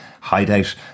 hideout